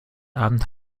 abend